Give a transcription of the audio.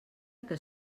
que